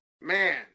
Man